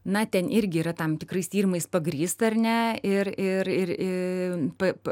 na ten irgi yra tam tikrais tyrimais pagrįsta ar ne ir ir ir ir